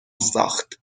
ساخت